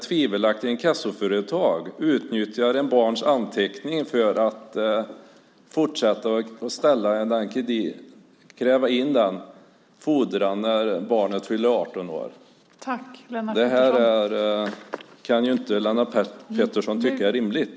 Tvivelaktiga inkassoföretag utnyttjar ett barns namnteckning för att fortsätta att kräva in fordran när barnet fyller 18 år. Det kan inte Lennart Pettersson tycka är rimligt.